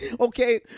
Okay